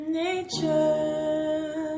nature